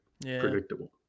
predictable